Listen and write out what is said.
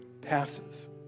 passes